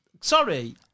sorry